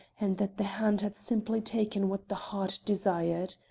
and that the hand had simply taken what the heart desired.